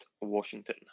Washington